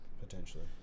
Potentially